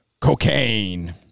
Cocaine